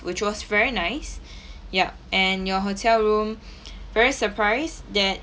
which was very nice yup and your hotel room very surprised that